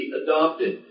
adopted